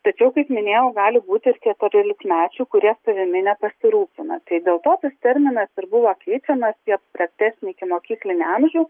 tačiau kaip minėjau gali būti ir keturiolikmečių kurie savimi nepasirūpina tai dėl to tas terminas ir buvo keičiamas į abstraktesnį ikimokyklinį amžių